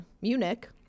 Munich